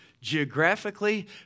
geographically